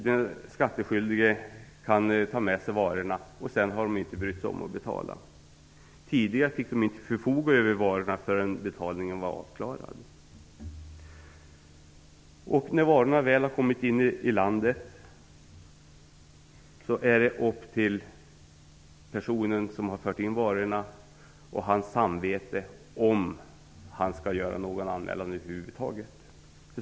Den skattskyldige får ta med sig varorna, och sedan har man inte brytt sig om att betala. Tidigare fick man inte förfoga över varorna förrän betalningen var avklarad. När varorna väl har kommit in i landet är det upp till personen som har fört in varorna och dennes samvete om han skall göra någon anmälan över huvud taget.